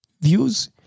views